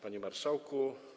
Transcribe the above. Panie Marszałku!